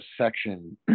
section